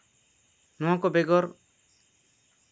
ᱱᱚᱶᱟ ᱠᱚ ᱵᱮᱜᱚᱨ